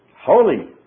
holy